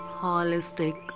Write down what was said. holistic